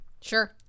Sure